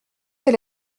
elle